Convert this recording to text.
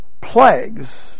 plagues